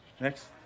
Next